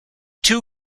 two